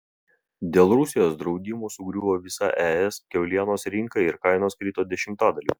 dėl rusijos draudimų sugriuvo visa es kiaulienos rinka ir kainos krito dešimtadaliu